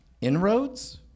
Inroads